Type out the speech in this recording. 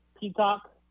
Peacock